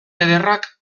ederrak